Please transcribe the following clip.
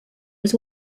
was